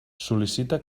sol·licita